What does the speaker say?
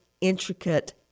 intricate